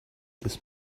this